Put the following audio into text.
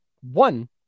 one